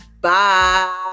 bye